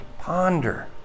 Ponder